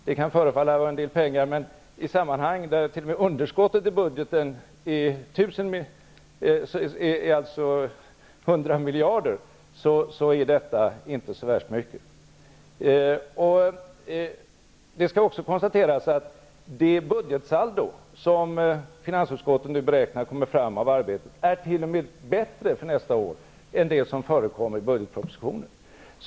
Det kan förefalla vara en hel del pengar, men när underskottet i budgeten är 100 miljarder är det i sammanhanget inte så värst mycket. Det kan också konstateras att det budgetsaldo som finansutskottet nu har räknat fram t.o.m. är bättre för nästa år än det som presenterades i budgetpropositionen.